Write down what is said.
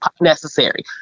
necessary